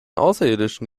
außerirdischen